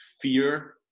fear